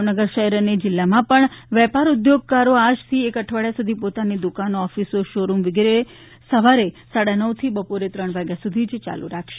ભાવનગર શહેર અને જિલ્લામાં પણ વેપાર ઉધોગકારો આજથી એક અઠવાડિયા સુધી પોતાની દુકાનોઓફીસો શોરૂમ વગેરે વ્યવસાય સવારે સાડા નવથી બપોરના ત્રણ વાગ્યા સુધી જ યાલુ રાખશે